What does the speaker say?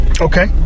Okay